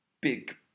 Big